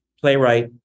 playwright